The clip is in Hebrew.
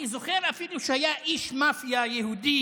אני זוכר אפילו שהיה איש מאפיה יהודי